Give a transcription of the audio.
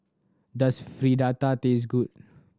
does Fritada taste good